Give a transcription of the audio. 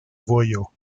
vojo